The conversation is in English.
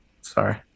Sorry